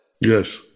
Yes